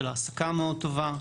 של ההעסקה מאוד טובה,